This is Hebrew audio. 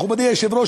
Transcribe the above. מכובדי היושב-ראש,